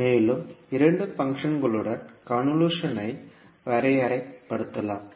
மேலும் இரண்டு பங்க்ஷன்களுடன் கன்வொல்யூஷன் ஐ வரையறை படுத்தலாம்